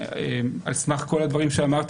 על סמך כל הדברים שאמרתי,